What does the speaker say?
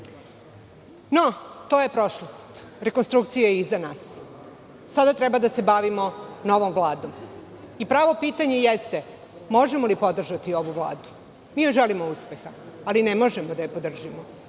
to je prošlost, rekonstrukcija je iza nas. Sada treba da se bavimo novom Vladom i pravo pitanje jeste – možemo li podržati ovu vladu? Mi joj želimo uspeha, ali ne možemo da je podržimo.